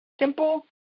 simple